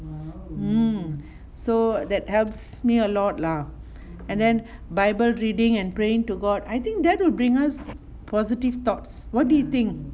mm so that helps me a lot lah and then bible reading and praying to god I think that will bring us positive thoughts what do you think